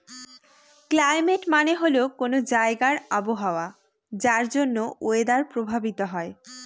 climate মানে হল কোনো জায়গার আবহাওয়া যার জন্য ওয়েদার প্রভাবিত হয়